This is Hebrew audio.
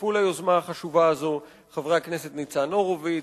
שהצטרפו ליוזמה החשובה הזו: חברי הכנסת ניצן הורוביץ,